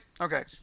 Okay